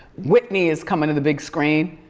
whitney is coming to the big screen.